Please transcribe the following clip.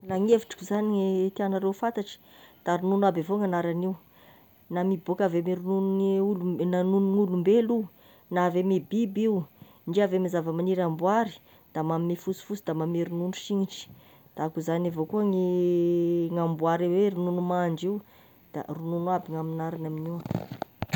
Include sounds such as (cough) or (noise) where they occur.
Raha ny hevitriko zagny tiànareo ho fantatra, da ronono aby avao gn'agnaran'io, na mibôka avy amin'ny ronono rononon'ny- olombelo- na ny nonon'olombelo io, na avy ame biby io, ndre avy amin'ny zava-maniry amboary da magnome fosifosy da magnome ronono signitry, da avy zagny avao koa gny (hesitation) gn'amboary avy e ronono mandry io da ronono avy gn'amy gn'agnarany amin'io.